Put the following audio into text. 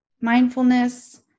mindfulness